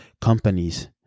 companies